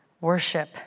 worship